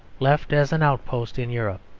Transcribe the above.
left as an outpost in europe.